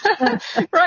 right